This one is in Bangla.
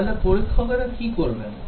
তাহলে পরীক্ষকেরা কি করবেন